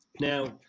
now